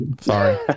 Sorry